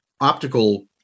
optical